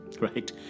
right